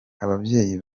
ababyeyi